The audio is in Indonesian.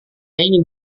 ingin